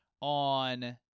on